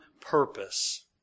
purpose